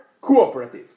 cooperative